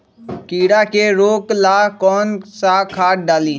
कीड़ा के रोक ला कौन सा खाद्य डाली?